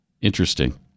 Interesting